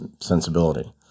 sensibility